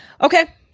Okay